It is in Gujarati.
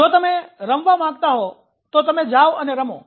જો તમે રમવા માંગતા હો તો તમે જાઓ અને રમો